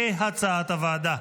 כהצעת הוועדה.